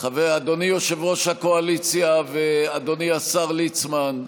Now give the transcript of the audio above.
אדוני יושב-ראש הקואליציה ואדוני השר ליצמן,